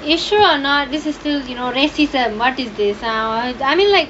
you sure or not this is still you know racism what is this !(huh)! I mean like